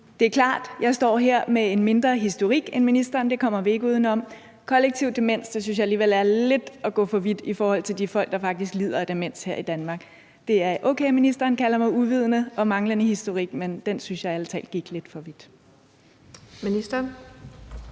Det er klart, at jeg står her med en mindre historik end ministeren; det kommer vi ikke uden om, men at sige det om kollektiv demens synes jeg alligevel er at gå lidt for vidt i forhold til de folk, der faktisk lider af demens her i Danmark. Det er okay, at ministeren kalder mig uvidende og siger, jeg har en manglende historik, men den synes jeg ærlig talt gik lidt for vidt. Kl.